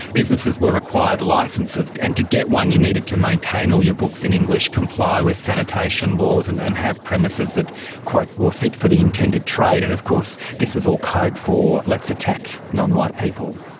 businesses were required licences, and to get one, you needed to maintain all your books in english, comply with sanitation laws, and and have premises that were fit for the intended trade, and of course this was all code for let's attack non-white people.